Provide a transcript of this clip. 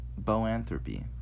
boanthropy